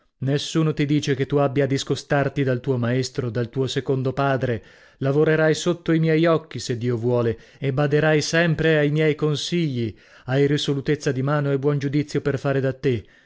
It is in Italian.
nessuno ti dice che tu abbia a discostarti dal tuo maestro dal tuo secondo padre lavorerai sotto i miei occhi se dio vuole e baderai sempre ai miei consigli hai risolutezza di mano e buon giudizio per fare da te